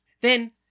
Then